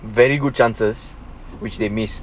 very good chances which they miss